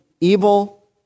evil